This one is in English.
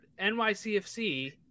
NYCFC